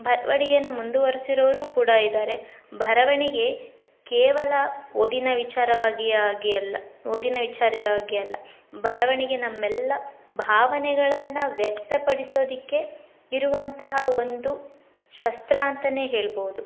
ಬರವಣಿಗೆಯನ್ನು ಮುಂದುವರೆಸಿರೋರು ಕೂಡ ಇದ್ದಾರೆ ಬರವಣಿಗೆ ಕೇವಲ ಓದಿನ ವಿಚಾರವಾಗಿ ಆಗಿ ಅಲ್ಲ ಓದಿನ ವಿಚಾರವಾಗಿ ಅಲ್ಲ ಬರವಣಿಗೆ ನಮ್ಮೆಲ್ಲ ಭಾವನೆಗಳನ್ನು ವ್ಯಕ್ತ ಪಡಿಸೋದಕ್ಕೆ ಇರುವಂತಹ ಒಂದು ಶಸ್ತ್ರ ಅಂತಾ ಹೇಳ್ಬೌದು